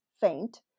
faint